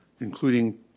including